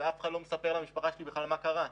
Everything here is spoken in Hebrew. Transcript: ואף אחד לא מספר למשפחה שלי מה קרה.